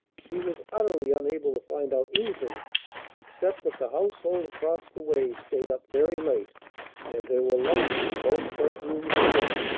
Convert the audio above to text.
she was utterly unable to find out anything except that the household across the way stayed up very late and there were lights in both front rooms again.